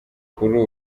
kuri